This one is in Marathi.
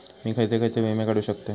मी खयचे खयचे विमे काढू शकतय?